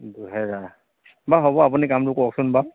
দুহেজাৰ বাৰু হ'ব আপুনি কামটো কওকচোন বাৰু